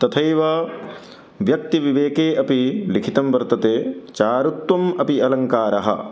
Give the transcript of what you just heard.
तथैव व्यक्तिविवेके अपि लिखितं वर्तते चारुत्वम् अपि अलङ्कारः